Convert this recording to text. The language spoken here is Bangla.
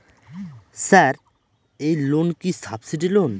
স্যার এই লোন কি সাবসিডি লোন?